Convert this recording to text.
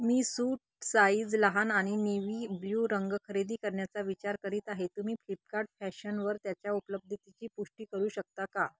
मी suit size लहान आणि navy blue रंग खरेदी करण्याचा विचार करीत आहे तुम्ही फ्लिपकार्ट फॅशनवर त्याच्या उपलब्धतेची पुष्टी करू शकता का